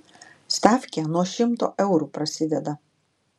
stafkė nuo šimto eurų prasideda